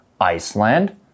Iceland